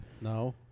No